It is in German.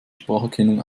spracherkennung